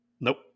Nope